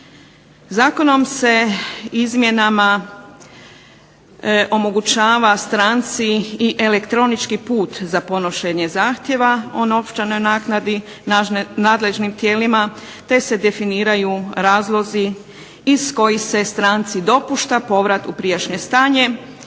Zakonom se izmjenama omogućava stranci i elektronički put za podnošenje zahtjeva o novčanoj naknadi nadležnim tijelima te se definiraju razlozi iz kojih se stranci dopušta povrat u prijašnje stanje,